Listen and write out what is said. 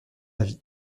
avis